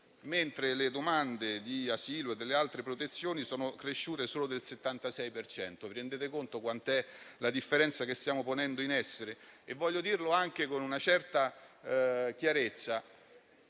mentre le domande di asilo e delle altre protezioni sono cresciute solo del 76 per cento. Vi rendete conto di quale differenza stiamo ponendo in essere? Voglio dirlo con una certa chiarezza